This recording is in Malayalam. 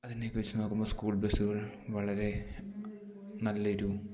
അതിനൊക്കെ വച്ചു നോക്കുമ്പോൾ സ്കൂൾ ബസ്സുകൾ വളരെ നല്ല ഒരു